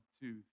two